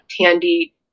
Tandy